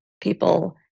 people